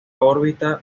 órbita